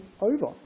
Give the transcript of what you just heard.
over